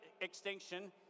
extinction